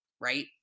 right